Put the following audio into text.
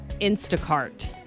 instacart